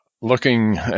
looking